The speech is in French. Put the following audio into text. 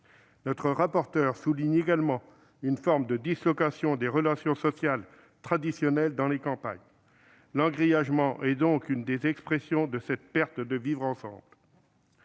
Notre rapporteur souligne également une forme de dislocation des relations sociales traditionnelles dans les campagnes. L'engrillagement est donc l'une des expressions de cette perte du vivre-ensemble.